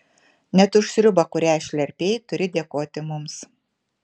net už sriubą kurią šlerpei turi dėkoti mums